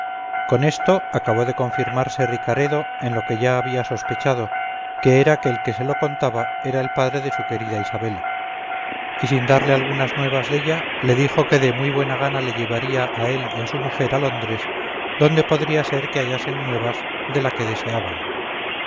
con esto acabó de confirmarse ricaredo en lo que ya había sospechado que era que el que se lo contaba era el padre de su querida isabela y sin darle algunas nuevas della le dijo que de muy buena gana llevaría a él y a su mujer a londres donde podría ser que hallasen nuevas de la que deseaban